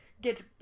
Get